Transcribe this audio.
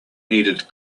needed